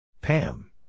Pam